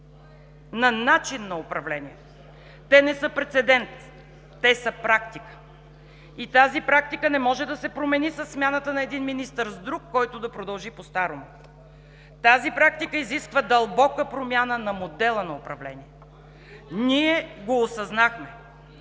на начин на управление. Те не са прецедент, те са практика и тя не може да се промени със смяната на един министър с друг, който да продължи постарому. Тази практика изисква дълбока промяна на модела на управление. Ние го осъзнахме,